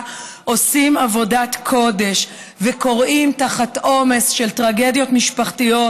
עושים עבודת קודש וכורעים תחת עומס של טרגדיות משפחתיות,